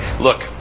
Look